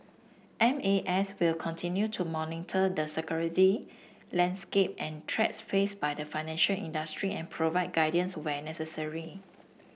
M A S will continue to monitor the security landscape and threats faced by the financial industry and provide guidance where necessary